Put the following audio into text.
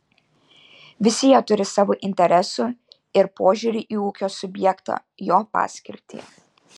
visi jie turi savo interesų ir požiūrį į ūkio subjektą jo paskirtį